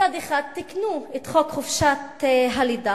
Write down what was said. מצד אחד תיקנו את חוק חופשת הלידה,